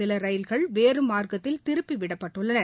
சில ரயில்கள் வேறுமார்க்கத்தில் திருப்பிவிடப்பட்டுள்ளன